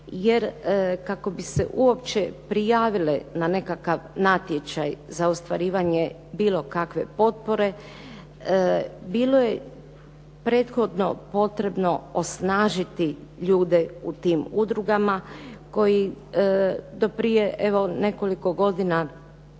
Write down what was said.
jer kako bi se uopće prijavile na nekakav natječaj za ostvarivanje bilo kakve potpore, bilo je prethodno potrebno osnažiti ljude u tim udrugama koji do prije, evo nekoliko godina